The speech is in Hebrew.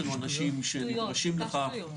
יש לנו אנשים שמורשים לכך,